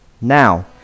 Now